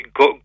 go